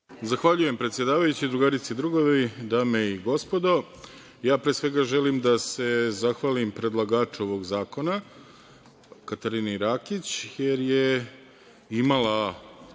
Zahvaljujem, predsedavajući. Drugarice i drugovi, dame i gospodo, ja pre svega želim da se zahvalim predlagaču ovog zakona Katarini Rakić, jer je imala